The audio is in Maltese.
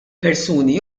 persuni